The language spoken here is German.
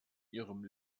ihrem